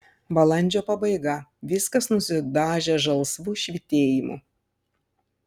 balandžio pabaiga viskas nusidažę žalsvu švytėjimu